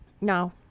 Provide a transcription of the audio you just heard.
no